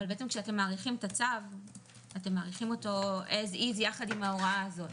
אבל כשאתם מאריכים את הצו אתם מאריכים אותו יחד עם ההוראה הזאת.